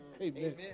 Amen